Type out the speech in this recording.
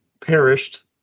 perished